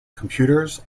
computers